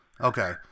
Okay